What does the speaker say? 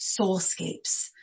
soulscapes